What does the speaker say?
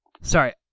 Sorry